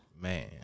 Man